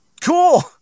Cool